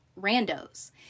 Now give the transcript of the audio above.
randos